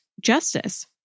justice